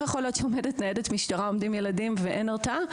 יכול להיות שעומדת ניידת משטרה ועומדים ילדים ואין הרתעה,